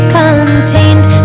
contained